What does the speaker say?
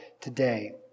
today